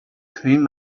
cleaned